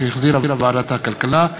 שהחזירה ועדת הכלכלה.